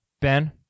Ben